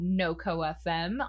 NoCoFM